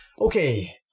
Okay